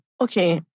Okay